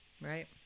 Right